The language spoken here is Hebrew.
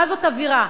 מה זאת אווירה?